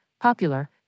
popular